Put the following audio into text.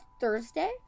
thursday